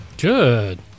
Good